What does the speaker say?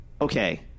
okay